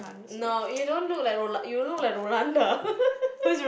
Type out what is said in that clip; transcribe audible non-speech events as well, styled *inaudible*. no you don't look like Rola~ you look like Rolanda *laughs*